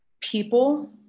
people